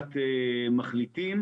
החלטת מחליטים,